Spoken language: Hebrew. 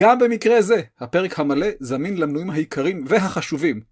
גם במקרה זה, הפרק המלא זמין למנויים העיקריים והחשובים.